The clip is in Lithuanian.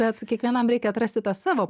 bet kiekvienam reikia atrasti tą savo